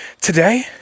today